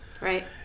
right